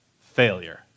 Failure